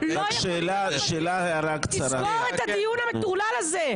זה לא היה הנוהל עד היום בחלוקת ועדות.